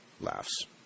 laughs